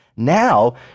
Now